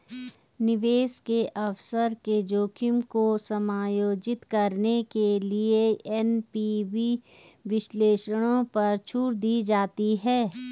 निवेश के अवसर के जोखिम को समायोजित करने के लिए एन.पी.वी विश्लेषणों पर छूट दी जाती है